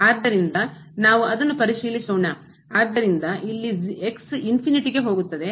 ಆದ್ದರಿಂದ ನಾವು ಅದನ್ನು ಪರಿಶೀಲಿಸೋಣ ಆದ್ದರಿಂದ ಇಲ್ಲಿ ಹೋಗುತ್ತದೆ